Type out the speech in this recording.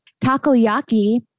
Takoyaki